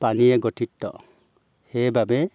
পানীয়ে গঠিত সেইবাবে